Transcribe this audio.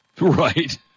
Right